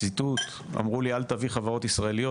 ציטוט: '"אמרו לי: אל תביא חברות ישראליות